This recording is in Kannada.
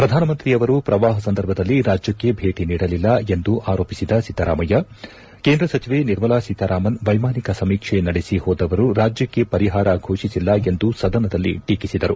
ಪ್ರಧಾನಮಂತ್ರಿಯವರು ಪ್ರವಾಹ ಸಂದರ್ಭದಲ್ಲಿ ರಾಜ್ಯಕ್ಕೆ ಭೇಟಿ ನೀಡಲಿಲ್ಲ ಎಂದು ಆರೋಪಿಸಿದ ಸಿದ್ದರಾಮಯ್ಯ ಕೇಂದ್ರ ಸಚಿವೆ ನಿರ್ಮಲಾ ಸೀತಾರಾಮನ್ ವೈಮಾನಿಕ ಸಮೀಕ್ಷೆ ನಡೆಸಿ ಹೋದವರು ರಾಜ್ಯಕ್ಕೆ ಪರಿಹಾರ ಫೋಷಿಸಿಲ್ಲ ಎಂದು ಸದನದಲ್ಲಿ ಟೀಕಿಸಿದರು